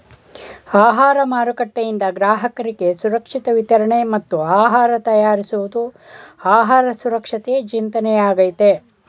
ಆಹಾರ ಮಾರುಕಟ್ಟೆಯಿಂದ ಗ್ರಾಹಕರಿಗೆ ಸುರಕ್ಷಿತ ವಿತರಣೆ ಮತ್ತು ಆಹಾರ ತಯಾರಿಸುವುದು ಆಹಾರ ಸುರಕ್ಷತೆಯ ಚಿಂತನೆಯಾಗಯ್ತೆ